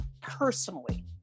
personally